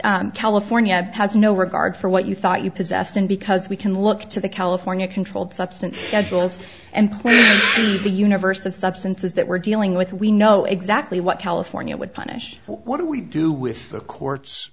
that california has no regard for what you thought you possessed and because we can look to the california controlled substance and girls and point of the universe of substances that we're dealing with we know exactly what california would punish what do we do with the court